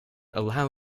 allow